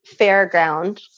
fairground